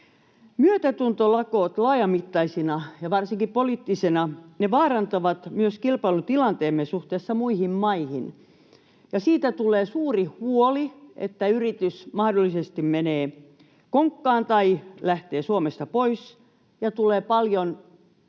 Myötätuntolakot laajamittaisina ja varsinkin poliittisina vaarantavat myös kilpailutilanteemme suhteessa muihin maihin. Ja siitä tulee suuri huoli, että yritys mahdollisesti menee konkkaan tai lähtee Suomesta pois ja tulee paljon